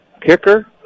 kicker